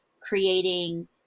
creating